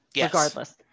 regardless